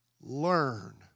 learn